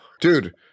Dude